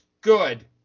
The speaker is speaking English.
good